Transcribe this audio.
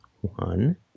One